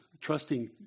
trusting